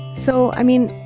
so, i mean,